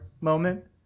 moment